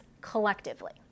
collectively